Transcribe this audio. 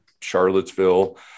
Charlottesville